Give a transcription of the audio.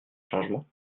changements